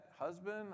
husband